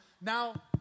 now